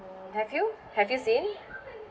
mm have you have you seen